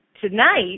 tonight